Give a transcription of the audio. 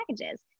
packages